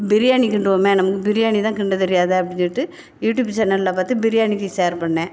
பிரியாணி கிண்டுவோமே நமக்கு பிரியாணி தான் கிண்டத்தெரியாதே அப்படின் சொல்லிட்டு யூடியூப் சேன்னலில் பார்த்து பிரியாணிக்கு சேர் பண்ணேன்